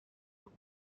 what